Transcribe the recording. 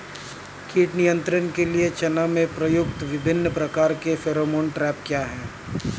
कीट नियंत्रण के लिए चना में प्रयुक्त विभिन्न प्रकार के फेरोमोन ट्रैप क्या है?